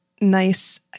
nice